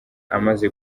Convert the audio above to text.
amaze